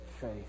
faith